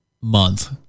month